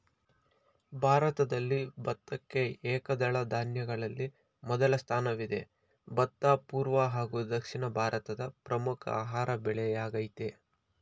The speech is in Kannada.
ಭಾರತದಲ್ಲಿ ಭತ್ತಕ್ಕೆ ಏಕದಳ ಧಾನ್ಯಗಳಲ್ಲಿ ಮೊದಲ ಸ್ಥಾನವಿದೆ ಭತ್ತ ಪೂರ್ವ ಹಾಗೂ ದಕ್ಷಿಣ ಭಾರತದ ಪ್ರಮುಖ ಆಹಾರ ಬೆಳೆಯಾಗಯ್ತೆ